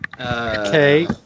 Okay